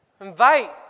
invite